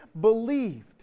believed